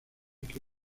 que